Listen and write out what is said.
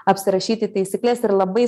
apsirašyti taisykles ir labai